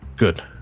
good